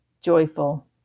Joyful